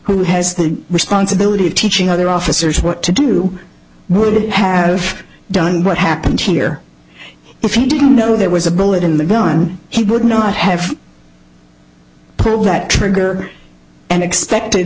who has the responsibility of teaching other officers what to do would have done what happened here if you know there was a bullet in the gun he would not have pulled that trigger and expected